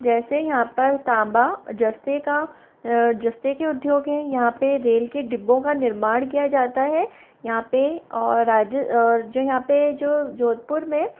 जैसे यहाँ पर तांबा जस्ते का जस्ते के उद्योग हैं यहाँ पर रेल के डिब्बों का निर्माण किया जाता है यहाँ पर और राजे और जो यहाँ पर जो जोधपुर में